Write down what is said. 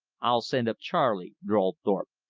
i'll send up charley, drawled thorpe,